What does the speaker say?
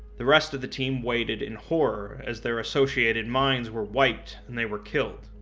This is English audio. the rest of the team waited in horror as their associated minds were wiped and they were killed.